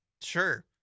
sure